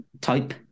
type